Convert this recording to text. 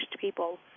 people